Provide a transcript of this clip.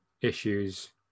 issues